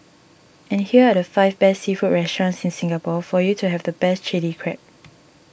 and here are the five best seafood restaurants in Singapore for you to have the best Chilli Crab